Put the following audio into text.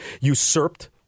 usurped